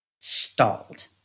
stalled